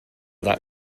that